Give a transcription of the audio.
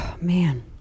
Man